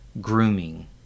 grooming